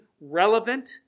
relevant